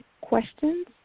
questions